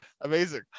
Amazing